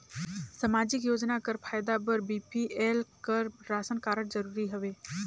समाजिक योजना कर फायदा बर बी.पी.एल कर राशन कारड जरूरी हवे?